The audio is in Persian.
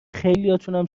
خیلیاتونم